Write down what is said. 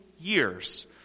years